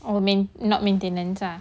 oh main~ not maintenance ah